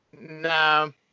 no